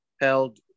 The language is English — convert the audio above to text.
held